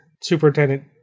Superintendent